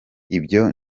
ibyo